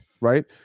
right